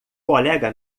colega